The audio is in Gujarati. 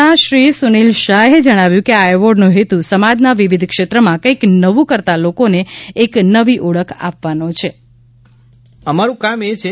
ના શ્રી સુનિલ શાહે જણાવ્યું કે આ એવોર્ડનો હેતુ સમાજના વિવિધ ક્ષેત્રમાં કંઇક નવું કરતાં લોકોને એક નવી ઓળખ આપવાનો છે